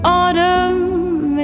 autumn